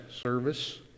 service